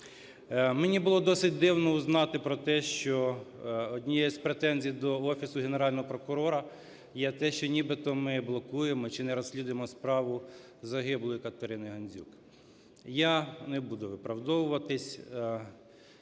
Мені було досить дивно взнати про те, що однією з претензій до Офісу Генерального прокурора є те, що нібито ми блокуємо чи не розслідуємо справу загиблої Катерини Гандзюк. Я не буду виправдовуватись,